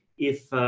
if, ah,